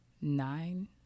nine